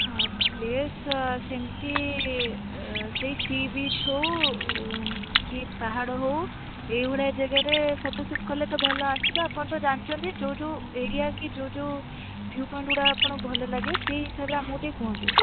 ହଁ ପ୍ଲେସ୍ ସେମିତି ସେଇ ସି ବିଚ୍ ହଉ କି ପାହାଡ଼ ହଉ ଏଇଭଳିଆ ଜାଗାରେ ଫଟୋ ସୁଟ୍ କଲେ ତ ଭଲ ଆସିବ ଆପଣ ତ ଜାଣିଛନ୍ତି ଯେଉଁ ଯେଉଁ ଏରିଆ କି ଯେଉଁ ଯେଉଁ ଭିୟୁ ପଏଣ୍ଟଗୁଡ଼ା ଆପଣଙ୍କୁ ଭଲ ଲାଗେ ସେହି ହିସାବରେ ଆମକୁ ଟିକିଏ କୁହନ୍ତୁ